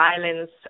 violence